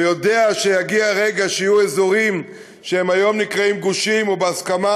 ויודעים שיגיע הרגע שיהיו אזורים שהיום נקראים גושים או בהסכמה,